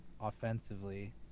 offensively